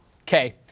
Okay